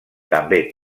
també